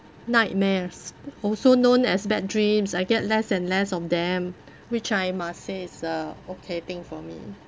nightmares also known as bad dreams I get less and less of them which I must say is a okay thing for me